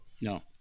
No